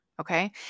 Okay